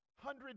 hundred